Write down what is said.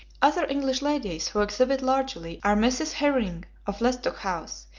other english ladies who exhibit largely are mrs. herring, of lestock house,